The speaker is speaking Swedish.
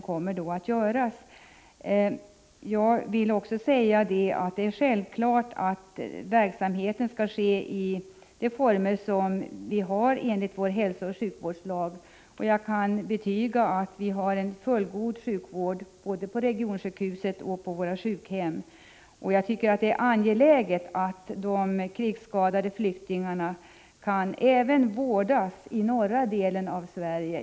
Samtidigt vill jag framhålla att verksamheten självfallet skall bedrivas i överensstämmelse med hälsooch sjukvårdslagen. Jag betygar att vi kan erbjuda en fullgod sjukvård både på regionsjukhuset och på våra sjukhem. Det är angeläget att krigsskadade flyktingar kan vårdas även i den norra delen av Sverige.